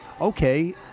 okay